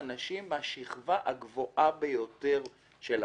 אנשים מהשכבה הגבוהה ביותר של המדינה.